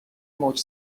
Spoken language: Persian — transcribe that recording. موج